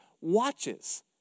watches